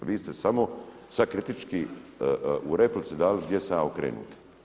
I vi ste samo sad kritički u replici dali gdje sam ja okrenut.